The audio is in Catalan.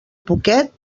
poquet